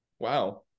wow